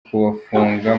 kubafunga